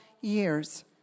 years